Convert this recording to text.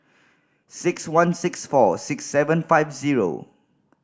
six one six four six seven five zero